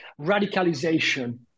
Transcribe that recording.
radicalization